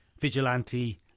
vigilante